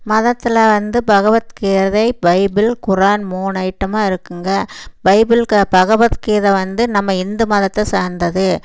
மதத்தில் வந்து Bhagavad Gita Bible Quran மூணு ஐட்டமாக இருக்குதுங்க பைபிள் பகவத் கீதை வந்து நம்ம இந்து மதத்தை சார்ந்தது